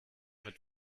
mit